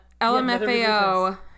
LMFAO